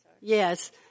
Yes